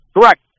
Correct